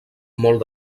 molt